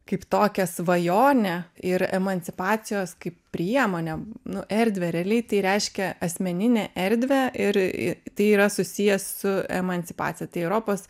kaip tokią svajonę ir emancipacijos kaip priemonę nu erdvę realiai tai reiškia asmeninę erdvę ir tai yra susiję su emancipacija tai europos